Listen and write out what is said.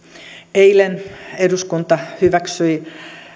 eilen eduskunta hyväksyi